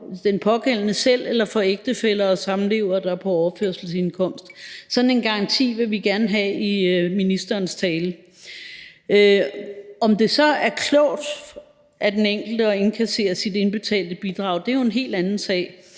den pågældende selv eller for en ægtefælle eller en samlever, der er på overførselsindkomst. Sådan en garanti vil vi gerne have i ministerens tale. Om det så er klogt af den enkelte at indkassere sit indbetalte bidrag, er jo en helt anden sag,